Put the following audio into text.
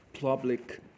public